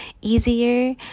easier